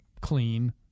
clean